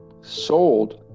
sold